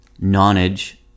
Nonage